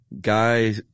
guy